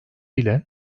ile